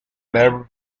never